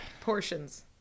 portions